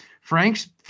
Frank's